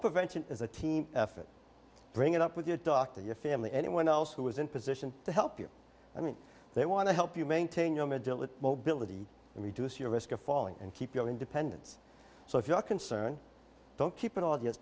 prevention is a team effort bring it up with your doctor your family anyone else who is in position to help you i mean they want to help you maintain your mobility and reduce your risk of falling and keep your independence so if you're concerned don't keep all